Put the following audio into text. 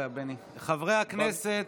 חברי הכנסת,